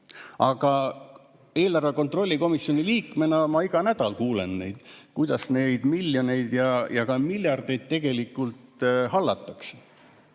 [riigi]eelarve kontrolli komisjoni liikmena ma iga nädal kuulen, kuidas neid miljoneid ja miljardeid tegelikult hallatakse.